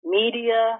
media